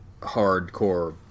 hardcore